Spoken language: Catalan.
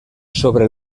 sobre